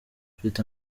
mfite